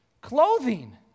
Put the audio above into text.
clothing